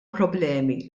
problemi